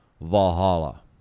Valhalla